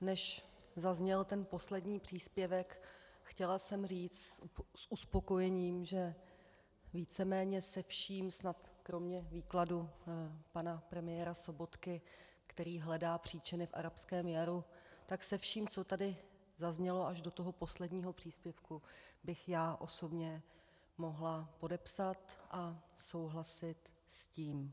Než zazněl ten poslední příspěvek, chtěla jsem říct s uspokojením, že víceméně se vším snad kromě výkladu pana premiéra Sobotky, který hledá příčiny v arabském jaru, tak se vším, co tady zaznělo až do toho posledního příspěvku, bych já osobně mohla podepsat a souhlasit s tím.